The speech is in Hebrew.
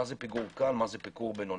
מה זה פיגור קל ומה זה פיגור בינוני.